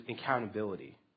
accountability